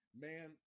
man